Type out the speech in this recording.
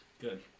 Good